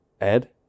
Ed